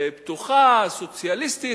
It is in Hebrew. פתוחה, סוציאליסטית.